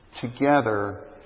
together